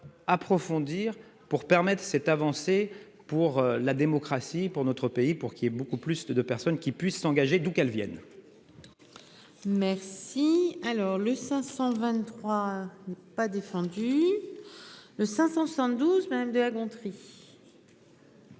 approfondir pour permettre cette avancée pour la démocratie pour notre pays pour qu'il y ait beaucoup plus de de personnes qui puisse s'engager, d'où qu'elle Vienne. Merci. Alors le 523. Pas défendu. Le 572. Madame de La Gontrie.